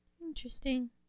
Interesting